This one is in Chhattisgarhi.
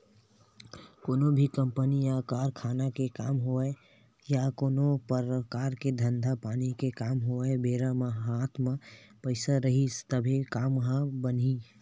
कोनो भी कंपनी या कारखाना के काम होवय या कोनो परकार के धंधा पानी के काम होवय बेरा म हात म पइसा रइही तभे काम ह बनही